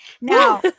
Now